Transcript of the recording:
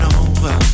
over